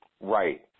Right